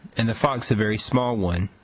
and the fox a very small one,